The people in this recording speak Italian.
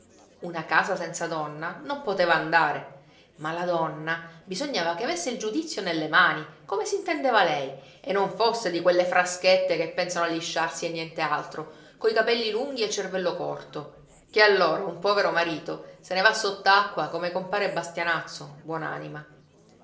una casa senza donna non poteva andare ma la donna bisognava che avesse il giudizio nelle mani come s'intendeva lei e non fosse di quelle fraschette che pensano a lisciarsi e nient'altro coi capelli lunghi e il cervello corto ché allora un povero marito se ne va sott'acqua come compare bastianazzo